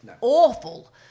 awful